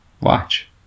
Watch